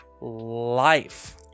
Life